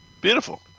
Beautiful